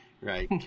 Right